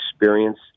experience